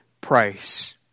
price